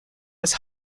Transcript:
was